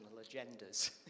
agendas